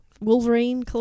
Wolverine